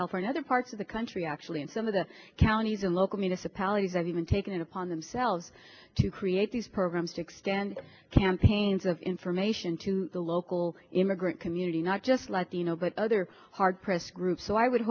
california other parts of the country actually in some of the counties and local municipalities and even taking it upon themselves to create these programs to extend campaigns of information to the local immigrant community not just like the you know but other hard pressed groups so i would